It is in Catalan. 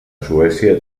suècia